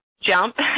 jump